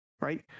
right